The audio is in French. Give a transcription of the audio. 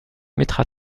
mettra